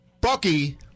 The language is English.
Bucky